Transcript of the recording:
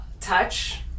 touch